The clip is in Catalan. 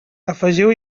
afegiu